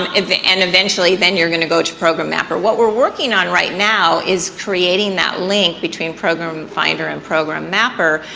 um and eventually, then you're gonna go to program mapper. what we're working on right now is creating that link between program finder and program mapper,